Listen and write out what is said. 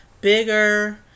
bigger